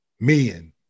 men